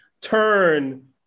turn